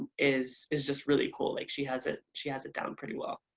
is is just really cool, like she has it, she has it down pretty well.